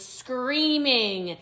screaming